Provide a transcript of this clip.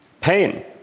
pain